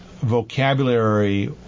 vocabulary